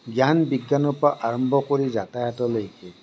জ্ঞান বিজ্ঞানৰপৰা আৰম্ভ কৰি যাতায়তলৈকে